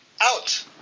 out